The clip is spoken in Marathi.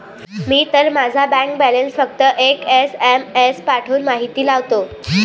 मी तर माझा बँक बॅलन्स फक्त एक एस.एम.एस पाठवून माहिती लावतो